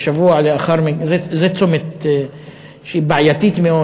זה צומת בעייתי מאוד,